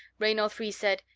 raynor three said,